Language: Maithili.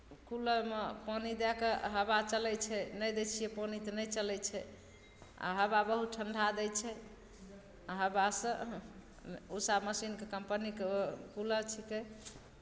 कूलरमे पानि दए कऽ हवा चलै छै नहि दै छियै पानि तऽ नहि चलै छै आ हवा बहुत ठण्ढा दै छै हवा से ऊषा मशीनके कंपनीके कूलर छिकै